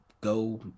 go